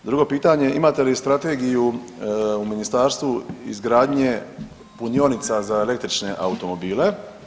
Drugo pitanje, imate li strategiju u ministarstvu izgradnje punionica za električne automobile?